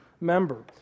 member